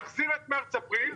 תחזיר את מרץ-אפריל,